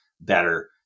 better